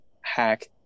hack